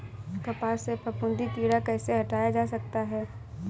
कपास से फफूंदी कीड़ा कैसे हटाया जा सकता है?